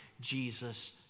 Jesus